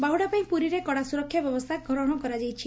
ବାହୁଡା ପାଇଁ ପୁରୀରେ କଡା ସୁରକ୍ଷା ବ୍ୟବସ୍କା ଗ୍ରହଣ କରାଯାଇଛି